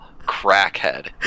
crackhead